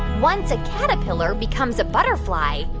once a caterpillar becomes a butterfly,